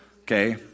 okay